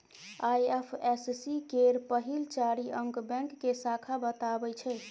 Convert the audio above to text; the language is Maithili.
आइ.एफ.एस.सी केर पहिल चारि अंक बैंक के शाखा बताबै छै